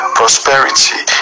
prosperity